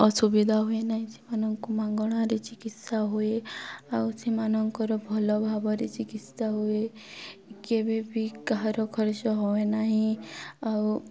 ଅସୁବିଧା ହୁଏ ନାହିଁ ସେମାନଙ୍କୁ ମାଗଣାରେ ଚିକିତ୍ସା ହୁଏ ଆଉ ସେମାନଙ୍କର ଭଲ ଭାବରେ ଚିକିତ୍ସା ହୁଏ କେବେ ବି କାହାର ଖର୍ଚ୍ଚ ହୁଏ ନାହିଁ ଆଉ